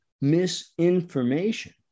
misinformation